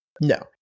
No